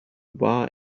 bar